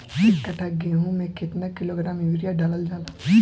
एक कट्टा गोहूँ में केतना किलोग्राम यूरिया डालल जाला?